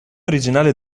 originale